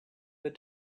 but